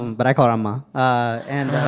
but i call her amma. ah and.